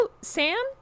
Sam